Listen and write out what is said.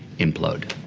implode.